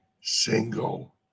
single